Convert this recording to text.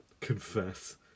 Confess